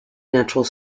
natural